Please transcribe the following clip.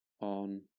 on